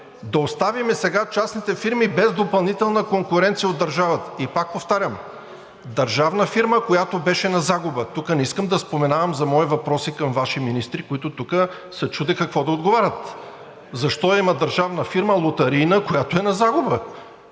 да оставим сега частните фирми без допълнителна конкуренция от държавата. Пак повтарям, държавна фирма, която беше на загуба – и тук не искам да споменавам за мои въпроси към Ваши министри, които тук се чудеха какво да отговарят, защо има държавна фирма, лотарийна, която е на загуба?